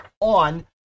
on